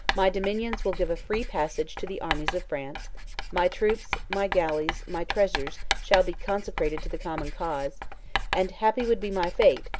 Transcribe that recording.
my dominions will give a free passage to the armies of france my troops, my galleys, my treasures, shall be consecrated to the common cause and happy would be my fate,